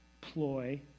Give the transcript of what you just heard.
ploy